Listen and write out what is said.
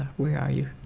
where are you?